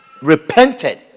repented